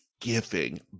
Giving